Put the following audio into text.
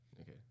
Okay